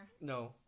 No